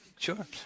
Sure